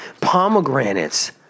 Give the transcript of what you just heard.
Pomegranates